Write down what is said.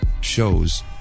shows